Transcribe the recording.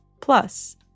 Plus